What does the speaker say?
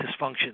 dysfunction